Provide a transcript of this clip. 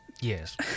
Yes